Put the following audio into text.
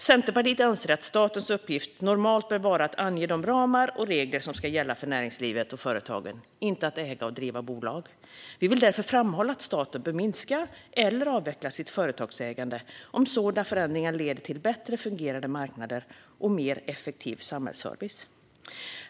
Centerpartiet anser att statens uppgift normalt bör vara att ange de ramar och regler som ska gälla för näringslivet och företagen, inte att äga och driva bolag. Vi vill därför framhålla att staten bör minska eller avveckla sitt företagsägande om sådana förändringar leder till bättre fungerande marknader och mer effektiv samhällsservice.